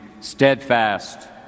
steadfast